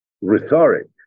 rhetoric